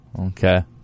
Okay